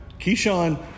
Keyshawn